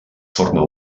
forma